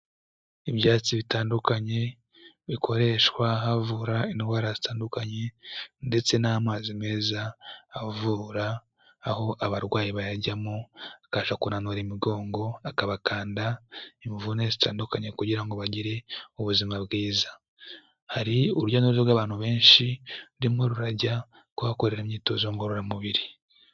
Ibyatsi bitandukanye bikoreshwa havura indwara zitandukanye ndetse n'amazi meza avura, aho abarwayi bayajyamo akabasha kunanura imigongo, akabakanda imvune zitandukanye kugira ngo bagire ubuzima bwiza. Hari urujya n'uruza rw'abantu benshi rurimo rurajya kuhakorera imyitozo ngororamubiri.